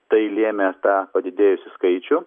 tai lėmė tą padidėjusį skaičių